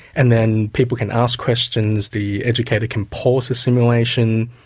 and then people can ask questions, the educator can pause a simulation,